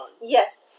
Yes